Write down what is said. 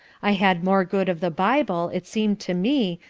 i had more good of the bible, it seemed to me,